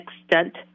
extent